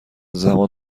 زمان